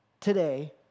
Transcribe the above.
today